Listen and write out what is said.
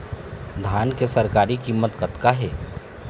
धान के सरकारी कीमत कतका हे?